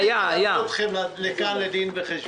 לא הזמנו אתכם לכאן לדין וחשבון,